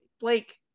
Blake